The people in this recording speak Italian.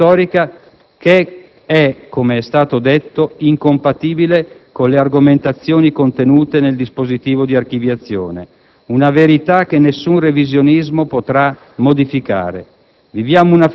Una verità storica che è - come è stato detto - incompatibile con le argomentazioni contenute nel dispositivo di archiviazione. Una verità che nessun revisionismo potrà modificare.